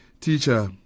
Teacher